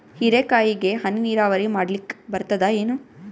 ಹೀರೆಕಾಯಿಗೆ ಹನಿ ನೀರಾವರಿ ಮಾಡ್ಲಿಕ್ ಬರ್ತದ ಏನು?